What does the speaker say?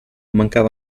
mancava